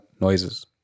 noises